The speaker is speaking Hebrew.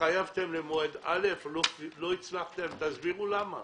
התחייבתם למועד א', לא הצלחתם, תסבירו למה.